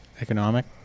economic